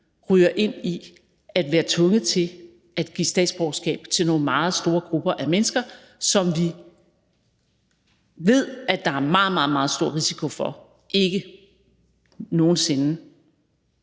ryger ind i at være tvunget til at give statsborgerskab til nogle meget store grupper af mennesker, som vi ved at der er meget, meget stor risiko for ikke nogen sinde